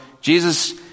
Jesus